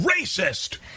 racist